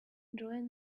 join